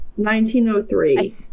1903